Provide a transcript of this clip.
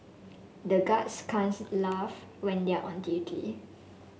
the guards can't laugh when they are on duty